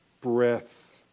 breath